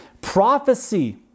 prophecy